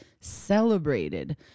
celebrated